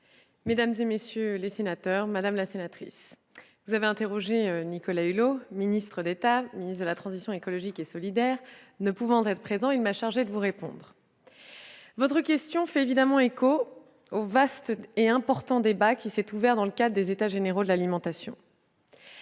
transition écologique et solidaire. Madame la sénatrice, M. Nicolas Hulot, ministre d'État, ministre de la transition écologique et solidaire, ne pouvant être présent, il m'a chargée de vous répondre. Votre question fait évidemment écho au vaste et important débat qui s'est ouvert dans le cadre des états généraux de l'alimentation.